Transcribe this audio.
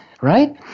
right